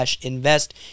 invest